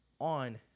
on